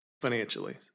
financially